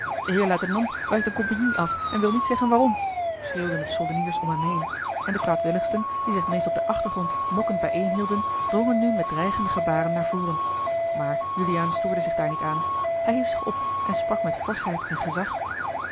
de heer luitenant wijst eene compagnie af en wil niet zeggen waarom schreeuwden de soldeniers om hem heen en de kwaadwilligsten die zich meest op den achtergrond mokkend bijeenhielden drongen nu met dreigende gebaren naar voren maar juliaan stoorde zich daar niet aan hij hief zich op en sprak met forschheid en gezag